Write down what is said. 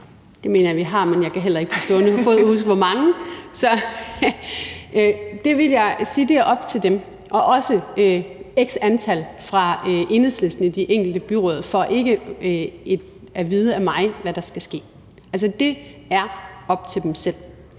Det mener jeg vi har, men jeg kan heller ikke på stående fod huske hvor mange. Jeg ville sige, at det var op til dem selv, og jeg ville sige til dem fra Enhedslisten i de enkelte byråd, at de ikke får at vide af mig, hvad der skal ske, for det er op til dem selv.